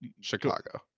Chicago